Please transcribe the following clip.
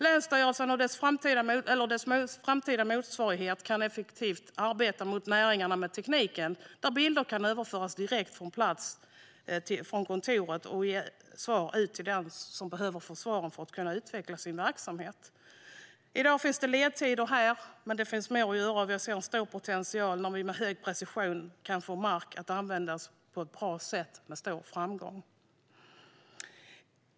Länsstyrelsen, eller dess framtida motsvarighet, kan effektivt arbeta gentemot näringarna med hjälp av tekniken där bilder kan överföras direkt från kontoret ut till den som behöver svaren för att kunna utveckla sin verksamhet. I dag finns ledtider, men det finns mer att göra. Vi ser en stor potential när vi med hög precision kan få mark att användas på ett bra sätt med stor framgång.